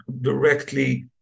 directly